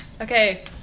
Okay